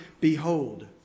Behold